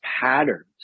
patterns